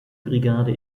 brigade